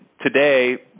today